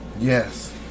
Yes